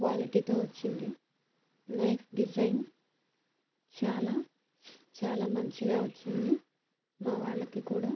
క్వాలిటీతో వచ్చింది knife design చాలా చాలా మంచిగా వచ్చింది మా వాళ్ళకి కూడా